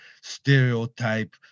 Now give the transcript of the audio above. stereotype